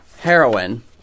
Heroin